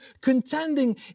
contending